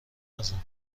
نزن